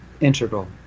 integral